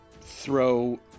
throw